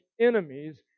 enemies